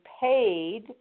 paid